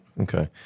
Okay